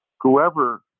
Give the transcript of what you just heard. whoever